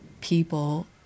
people